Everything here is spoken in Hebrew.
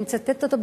אני מצטטת אותו,